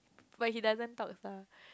but he doesn't talks lah